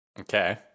Okay